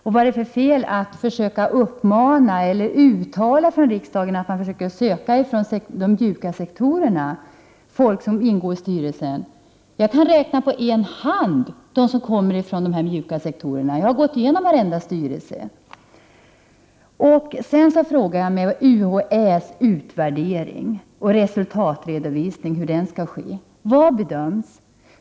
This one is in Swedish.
Vad är det för fel att riksdagen uttalar att man bör söka folk från de mjuka sektorerna att ingå i styrelserna? Jag kan på ena handens fingrar räkna dem som kommer från de mjuka sektorerna, och jag har gått igenom varenda styrelse. Vidare frågar jag mig hur UHÄ:s utvärdering och resultatredovisning skall ske. Vad bedöms?